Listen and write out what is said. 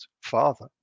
Father